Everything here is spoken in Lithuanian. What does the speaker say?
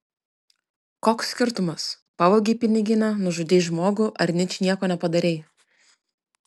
koks skirtumas pavogei piniginę nužudei žmogų ar ničnieko nepadarei